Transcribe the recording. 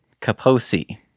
kaposi